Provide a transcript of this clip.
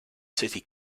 city